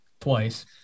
twice